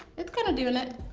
it's kinda doing it.